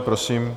Prosím.